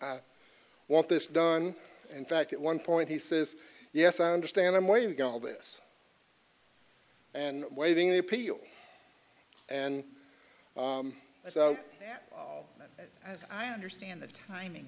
want this done in fact at one point he says yes i understand i'm waiting to go all this and waiving the appeal and so as i understand the timing